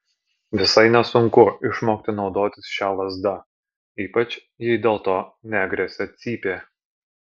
visai nesunku išmokti naudotis šia lazda ypač jei dėl to negresia cypė